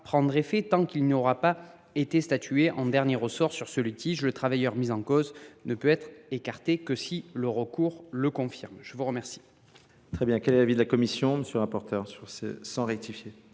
prendre effet tant qu’il n’aura pas été statué en dernier ressort sur le litige. Le travailleur mis en cause ne peut être écarté que si le recours le confirme. Quel